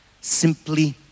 simply